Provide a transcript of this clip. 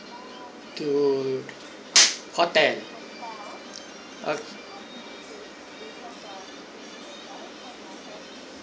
two hotel oh